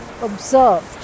observed